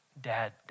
dad